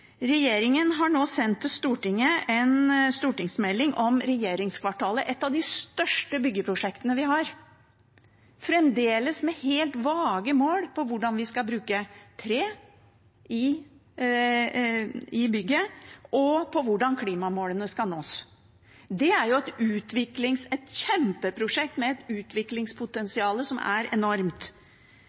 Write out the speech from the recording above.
Regjeringen har nå sendt til Stortinget en stortingsmelding om regjeringskvartalet, et av de største byggeprosjektene vi har, fremdeles med helt vage mål for hvordan vi skal bruke tre i bygget, og for hvordan klimamålene skal nås. Det er et kjempeprosjekt, med et utviklingspotensial som er enormt.